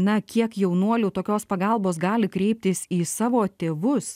na kiek jaunuolių tokios pagalbos gali kreiptis į savo tėvus